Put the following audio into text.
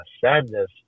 sadness